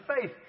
faith